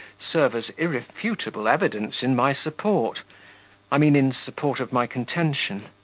serve as irrefutable evidence in my support i mean, in support of my contention.